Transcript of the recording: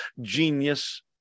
genius